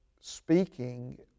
speaking